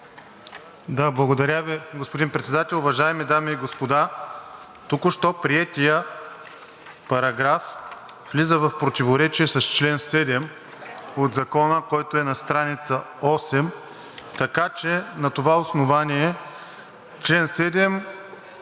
Да, благодаря Ви. Господин Председател, уважаеми дами и господа! Току-що приетият параграф влиза в противоречие с чл. 7 от Закона, който е на стр. 8, така че на това основание чл. 7